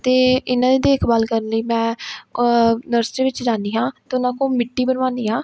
ਅਤੇ ਇਹਨਾਂ ਦੀ ਦੇਖ ਭਾਲ ਕਰਨ ਲਈ ਮੈਂ ਨਰਸਰੀ ਵਿੱਚ ਜਾਂਦੀ ਹਾਂ ਅਤੇ ਉਹਨਾਂ ਕੋਲ ਮਿੱਟੀ ਬਣਵਾਉਂਦੀ ਹਾਂ